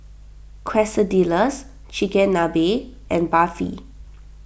Quesadillas Chigenabe and Barfi